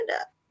up